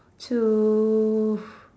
to